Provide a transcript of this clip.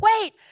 Wait